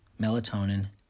melatonin